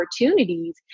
opportunities